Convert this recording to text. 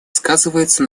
сказывается